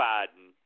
Biden